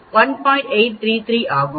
833 ஆகும்